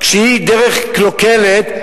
שהיא דרך קלוקלת,